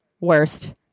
worst